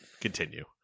continue